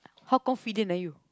how confident are you